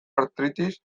artritis